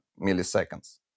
milliseconds